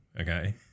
okay